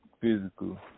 physical